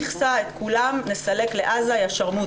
מסריחה, איכסה, את כולם נסלק לעזה, יה שרמוטה.